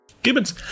Gibbons